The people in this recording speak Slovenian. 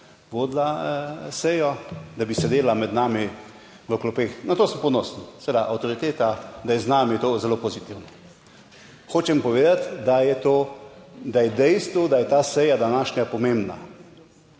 vodila sejo, da bi sedela med nami v klopeh. Na to sem ponosen, seveda, avtoriteta, da je z nami, je to zelo pozitivno. Hočem povedati, da je to, da je dejstvo, da je ta seja današnja pomembna.